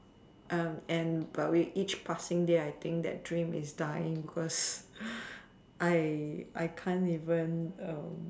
and but with each passing day I think that dream is dying because I I can't even